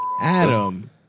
Adam